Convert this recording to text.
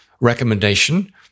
recommendation